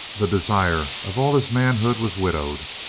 the desire of all his manhood was widowed,